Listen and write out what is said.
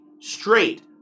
straight